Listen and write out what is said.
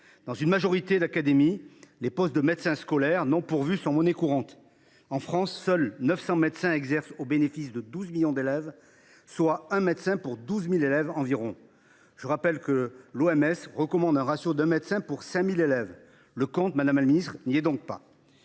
Dans une majorité d’académies, les postes de médecins scolaires non pourvus sont monnaie courante. En France, seulement 900 médecins exercent au bénéfice de 12 millions d’élèves, soit un médecin pour 12 000 élèves environ. Je rappelle que l’OMS recommande un ratio d’un médecin pour 5 000 élèves : le compte n’y est pas,